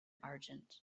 argent